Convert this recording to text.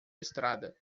estrada